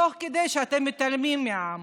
תוך כדי שאתם מתעלמים מהעם.